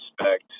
respect